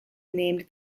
named